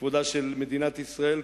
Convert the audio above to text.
כבודה של מדינת ישראל,